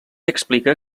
explica